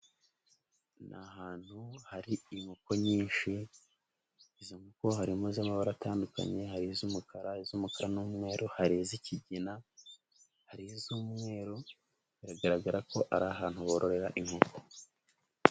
Ni ahantu hari inkoko nyinshi. Izo nkoko harimo iz'amabara atandukanye hari iz'umukara, iz'umukara n'umweru, hari iz'ikigina, hari iz'umweru, biragaragara ko ari ahantu bororera inkoko.